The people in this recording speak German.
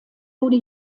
wurde